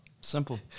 simple